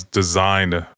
designed